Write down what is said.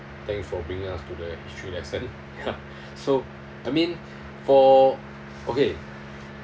thanks for bringing us to the history lesson so I mean for okay